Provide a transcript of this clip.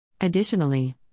Additionally